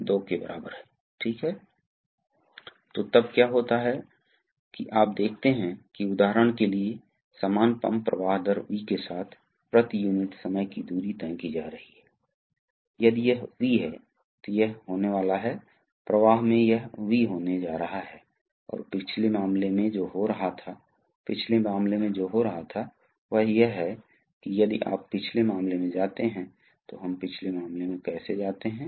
तो अब अगर कभी कभी ऐसा हो सकता है कि यहां दबाव स्प्रिंग को ऊपर ले जा सकता है तो इस स्थिति में यह इस को खोल देगा मान लीजिए कि द्रव इस तरह से नाली के माध्यम से बाहर निकलता है अब मान लीजिए अन्य मामलों में आप एक लागू करते हैं मान लें कि हम एक पायलट दबाव लागू करते हैं